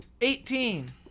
Eighteen